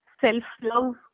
self-love